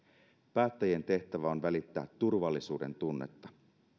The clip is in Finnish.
päättäjien tehtävä on välittää turvallisuudentunnetta